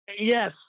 Yes